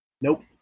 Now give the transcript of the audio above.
Nope